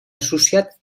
associat